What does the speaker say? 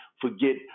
forget